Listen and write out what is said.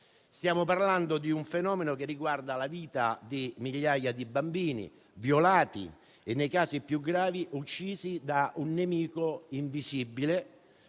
Stiamo parlando di un fenomeno che riguarda la vita di migliaia di bambini violati e, nei casi più gravi, uccisi da un nemico invisibile